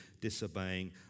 disobeying